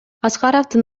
аскаровдун